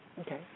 Okay